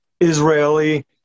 Israeli